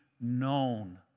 known